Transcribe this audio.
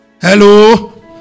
Hello